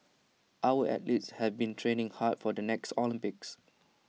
our athletes have been training hard for the next Olympics